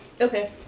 okay